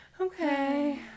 Okay